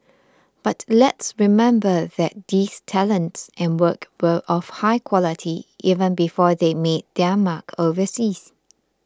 but let's remember that these talents and work were of high quality even before they made their mark overseas